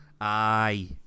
Aye